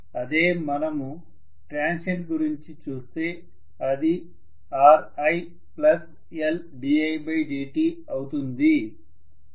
అదే మనము ట్రాన్సియెంట్ గురించి చూస్తే అది RiLdidt అవుతుంది